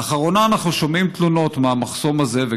לאחרונה אנחנו שומעים תלונות מהמחסום הזה,